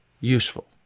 useful